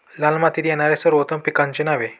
लाल मातीत येणाऱ्या सर्वोत्तम पिकांची नावे?